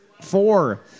four